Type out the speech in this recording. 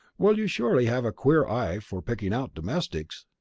well, you surely have a queer eye for picking out domestics!